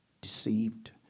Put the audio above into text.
deceived